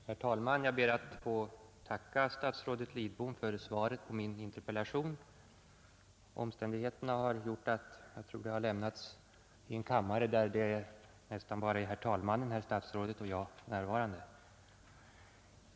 Herr talman! Jag ber att få tacka statsrådet Lidbom för svaret på min interpellation. Omständigheterna har gjort att det har lämnats i en kammare där nästan bara herr talmannen, herr statsrådet och jag är närvarande.